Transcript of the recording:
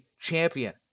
champion